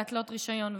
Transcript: להתלות רישיון,